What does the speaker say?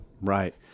Right